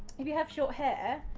if you have short hair,